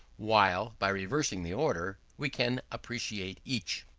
while, by reversing the order, we can appreciate each.